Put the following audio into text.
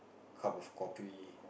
cup of kopi